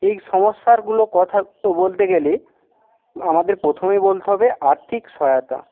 এই সমস্যারগুলো কথাগুলো বলতে গেলে আমাদের প্রথমেই বলতে হবে আর্থিক সহায়তা